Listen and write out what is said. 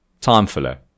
time-filler